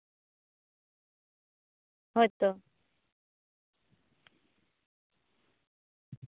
ᱦᱳᱭᱛᱚ